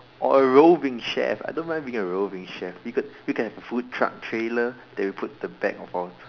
or a roving chef I don't mind being a roving chef we could we could have a food truck trailer that we put the back of our